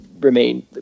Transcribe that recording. remain